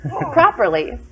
Properly